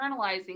internalizing